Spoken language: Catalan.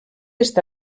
està